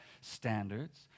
standards